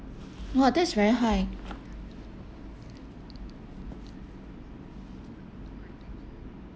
!wah! that's very high